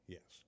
Yes